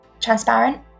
transparent